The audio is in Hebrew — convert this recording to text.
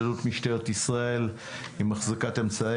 הנושא שעל שולחן הוועדה היום הוא התמודדות משטרת ישראל עם אחזקת אמצעי